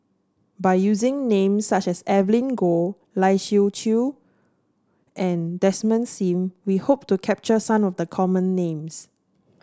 by using names such as Evelyn Goh Lai Siu Chiu and Desmond Sim we hope to capture some of the common names